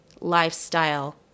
lifestyle